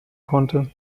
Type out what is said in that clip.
konnte